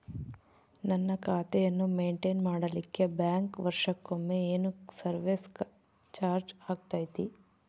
ನನ್ನ ಖಾತೆಯನ್ನು ಮೆಂಟೇನ್ ಮಾಡಿಲಿಕ್ಕೆ ಬ್ಯಾಂಕ್ ವರ್ಷಕೊಮ್ಮೆ ಏನು ಸರ್ವೇಸ್ ಚಾರ್ಜು ಹಾಕತೈತಿ?